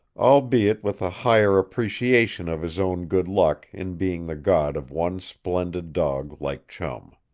albeit with a higher appreciation of his own good luck in being the god of one splendid dog like chum.